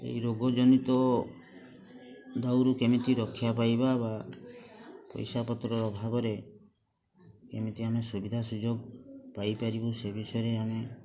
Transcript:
ଏଇ ରୋଗଜନିତ ଦାଉରୁ କେମିତି ରକ୍ଷା ପାଇବା ବା ପଇସାପତ୍ର ଅଭାବରେ କେମିତି ଆମେ ସୁବିଧା ସୁଯୋଗ ପାଇପାରିବୁ ସେ ବିଷୟରେ ଆମେ